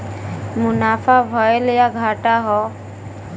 मुनाफा भयल या घाटा हौ